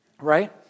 right